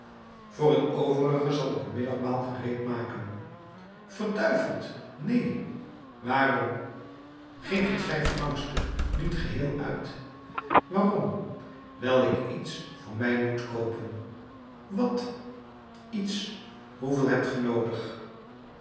voor het overige zal ik een middagmaal gereed maken verduiveld neen waarom geef het vijffrancstuk niet geheel uit waarom wijl ik iets voor mij moet koopen wat iets hoeveel hebt ge noodig